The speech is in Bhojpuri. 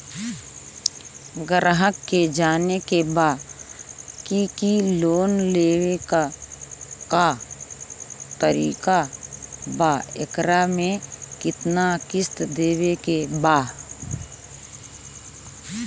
ग्राहक के जाने के बा की की लोन लेवे क का तरीका बा एकरा में कितना किस्त देवे के बा?